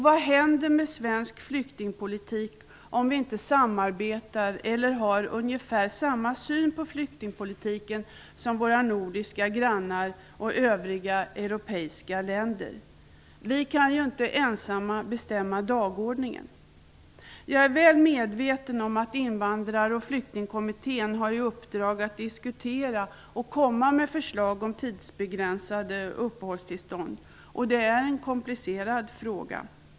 Vad händer med svensk flyktingpolitik om vi inte samarbetar, eller om vi har ungefär samma syn på flyktingpolitiken som våra nordiska grannar och övriga europeiska länder? Vi kan inte ensamma bestämma dagordningen. Jag är väl medveten om att invandrar och flyktingkommittén har i uppdrag att diskutera och komma med förslag om tidsbegränsade uppehållstillstånd. Det är en komplicerad fråga.